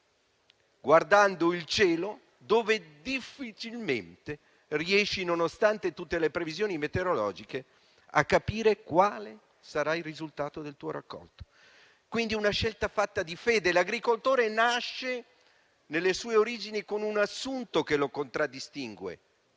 guardando il cielo, e difficilmente riesce, nonostante tutte le previsioni meteorologiche, a capire quale sarà il risultato del suo raccolto. Quindi, è una scelta fatta di fede e l'agricoltore nasce, nelle sue origini, con un assunto che lo contraddistingue,